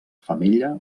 femella